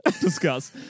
discuss